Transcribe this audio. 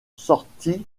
sortit